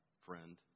friend